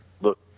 look